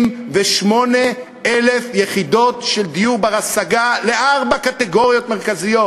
168,000 יחידות של דיור בר-השגה לארבע קטגוריות מרכזיות,